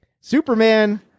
Superman